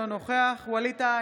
אינו נוכח ווליד טאהא,